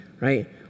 right